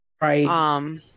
right